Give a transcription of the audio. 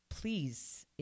Please